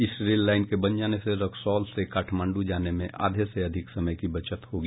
इस rail line के बन जाने से रक्सौल से काठमांडू जाने में आधे से अधिक समय की बचत होगी